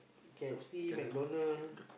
K_F_C McDonald